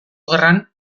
gerran